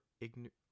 ignorant